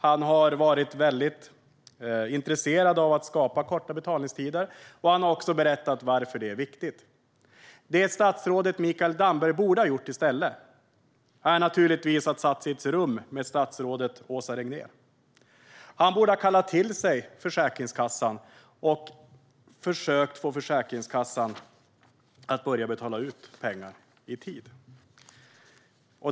Han har varit väldigt intresserad av att skapa korta betalningstider, och han har också berättat varför detta är viktigt. Naturligtvis borde statsrådet Mikael Damberg i stället ha satt sig i ett rum med statsrådet Åsa Regnér. Han borde ha kallat till sig Försäkringskassan och försökt att få Försäkringskassan att börja betala ut pengar i tid.